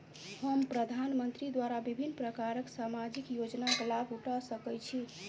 हम प्रधानमंत्री द्वारा विभिन्न प्रकारक सामाजिक योजनाक लाभ उठा सकै छी?